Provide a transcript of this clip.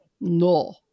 no